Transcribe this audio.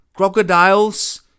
crocodiles